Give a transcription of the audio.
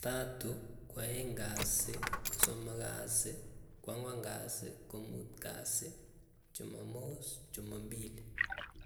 Tatu, kwaeng kasi, kosomok kasii, kwangwan kasi, komuut kasii, chuma mos, chuma mbili.